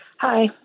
Hi